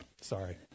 Sorry